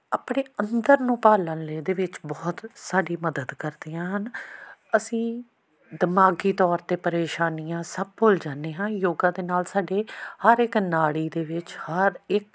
ਆਪਣੇ ਅੰਦਰ ਨੂੰ ਭਾਲਣ ਲਈ ਉਹਦੇ ਵਿੱਚ ਬਹੁਤ ਸਾਡੀ ਮਦਦ ਕਰਦੀਆਂ ਹਨ ਅਸੀਂ ਦਿਮਾਗੀ ਤੌਰ 'ਤੇ ਪਰੇਸ਼ਾਨੀਆ ਸਭ ਭੁੱਲ ਜਾਂਦੇ ਹਾਂ ਯੋਗਾ ਦੇ ਨਾਲ ਸਾਡੇ ਹਰ ਇੱਕ ਨਾੜੀ ਦੇ ਵਿੱਚ ਹਰ ਇੱਕ